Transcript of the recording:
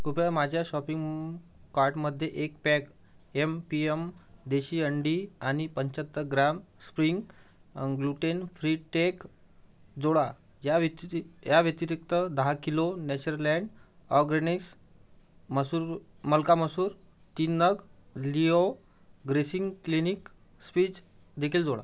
कृपया माझ्या शॉपिंग कार्टमध्ये एक पॅक यमपीयम देशी अंडी आणि पंचाहत्तर gram spring gluten free tech जोडा या वेतिरि या व्यतिरिक्त दहा किलो नेचरलँड ऑगॅनिक्स मसूर मलका मसूर तीन नग लियो ग्रिसिंग क्लिनिक स्पीच देखील जोडा